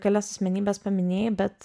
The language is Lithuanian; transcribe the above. kelias asmenybes paminėjai bet